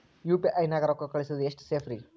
UPI ನ್ಯಾಗ ರೊಕ್ಕ ಕಳಿಸೋದು ಎಷ್ಟ ಸೇಫ್ ರೇ?